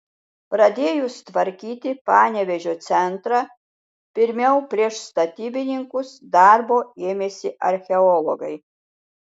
pradėjus tvarkyti panevėžio centrą pirmiau prieš statybininkus darbo ėmėsi archeologai